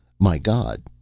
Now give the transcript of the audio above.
my god,